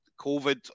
COVID